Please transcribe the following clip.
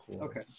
Okay